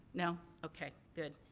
no? okay. good.